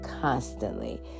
constantly